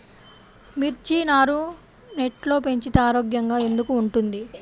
మిర్చి నారు నెట్లో పెంచితే ఆరోగ్యంగా ఎందుకు ఉంటుంది?